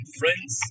friends